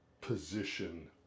position